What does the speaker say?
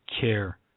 care